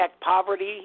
poverty